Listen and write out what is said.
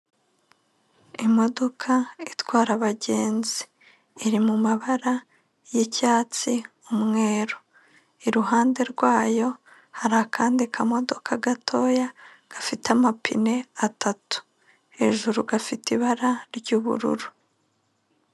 Imodoka itwara abagenzi, iri mu mabara y'icyatsi, umweru, iruhande rwayo hari akandi kamodoka gatoya gafite amapine atatu, hejuru gafite ibara ry'ubururu.